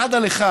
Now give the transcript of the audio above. של אחד על אחד,